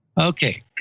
Okay